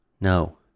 No